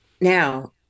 Now